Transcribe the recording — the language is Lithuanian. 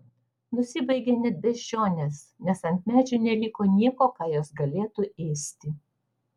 nusibaigė net beždžionės nes ant medžių neliko nieko ką jos galėtų ėsti